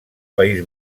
país